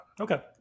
Okay